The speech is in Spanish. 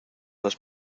las